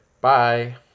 Bye